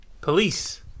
Police